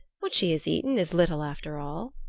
what she has eaten is little after all.